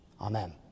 Amen